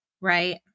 Right